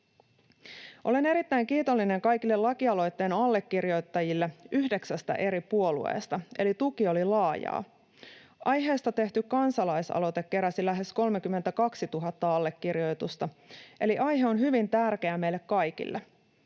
Olen erittäin kiitollinen kaikille lakialoitteen allekirjoittajille yhdeksästä eri puolueesta, eli tuki oli laajaa. Aiheesta tehty kansalaisaloite keräsi lähes 32 000 allekirjoitusta, eli aihe on hyvin tärkeä meille kaikille.